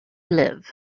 live